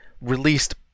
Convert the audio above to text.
released